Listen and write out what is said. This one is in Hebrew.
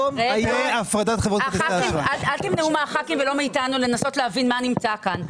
אל תמנעו מחברי הכנסת ולא מאיתנו לנסות להבין מה נמצא כאן.